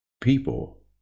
people